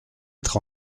être